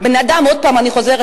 עוד פעם אני חוזרת,